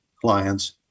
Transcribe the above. clients